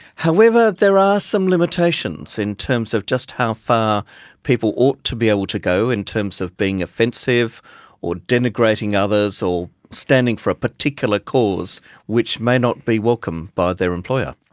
however, there are some limitations in terms of just how far people ought to be able to go in terms of being offensive or denigrating others or standing for a particular cause which may not be welcomed by their employer.